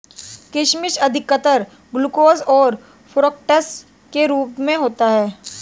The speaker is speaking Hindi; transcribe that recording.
किशमिश अधिकतर ग्लूकोस और फ़्रूक्टोस के रूप में होता है